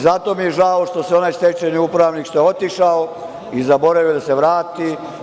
Zato mi je žao što je onaj stečajni upravnik otišao i zaboravio da se vrati.